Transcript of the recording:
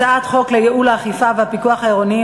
הצעת חוק לייעול האכיפה והפיקוח העירוניים